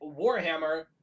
Warhammer